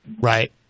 Right